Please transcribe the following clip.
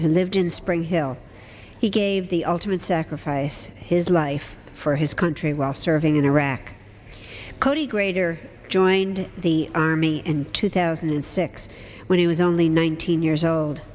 who lived in spring hill he gave the ultimate sacrifice his life for his country while serving in iraq cody greater joined the army in two thousand and six when he was only nineteen years old